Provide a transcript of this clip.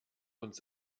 uns